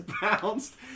bounced